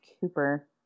Cooper